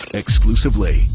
exclusively